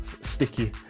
sticky